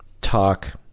talk